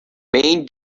main